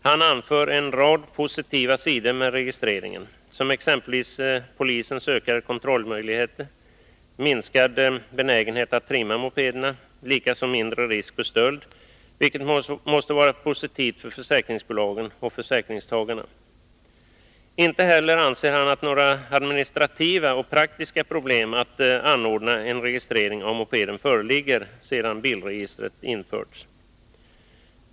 Han anför en rad positiva följder av registreringen, exempelvis polisens ökade kontrollmöjligheter, minskad benägenhet att trimma mopederna och mindre risk för stöld, vilket måste vara positivt för försäkringsbolagen och försäkringstagarna. Han anser inte heller att några administrativa och praktiska problem att ordna en registrering av mopeder föreligger sedan bilregistret införts.